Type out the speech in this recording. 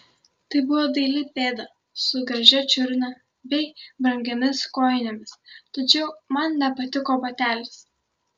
tai buvo daili pėda su gražia čiurna bei brangiomis kojinėmis tačiau man nepatiko batelis